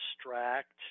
abstract